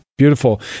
Beautiful